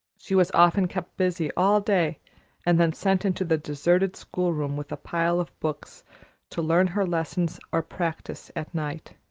she was often kept busy all day and then sent into the deserted school-room with a pile of books to learn her lessons or practise at night.